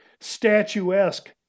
statuesque